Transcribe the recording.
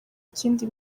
ikindi